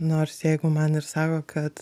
nors jeigu man ir sako kad